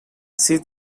see